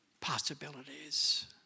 possibilities